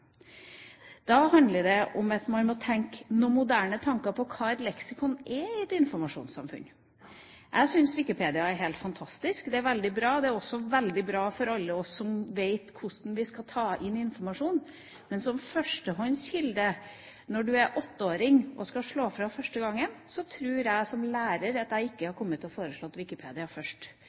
Da handler det om at man må tenke noen moderne tanker om hva et leksikon er i et informasjonssamfunn. Jeg syns Wikipedia er helt fantastisk. Det er veldig bra, og det er også veldig bra for alle oss som vet hvordan vi skal ta inn informasjon. Men som førstehåndskilde når du som åtteåring skal slå opp for første gang, tror jeg som lærer at jeg ikke hadde kommet til å